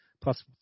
Plus